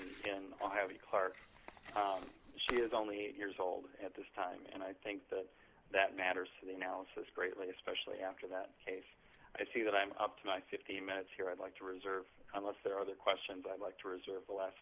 car she's only eight years old at this time and i think that that matters to the analysis greatly especially after that case i see that i'm up to my fifteen minutes here i'd like to reserve unless there are other questions i'd like to reserve